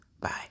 Bye